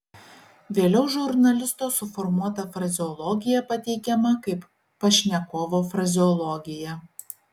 vėliau žurnalisto suformuota frazeologija pateikiama kaip pašnekovo frazeologija